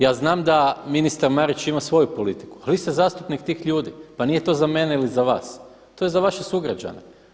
Ja znam da ministar Marić ima svoju politiku ali vi ste zastupnik tih ljudi, pa nije to za mene ili za vas, to je za vaše sugrađane.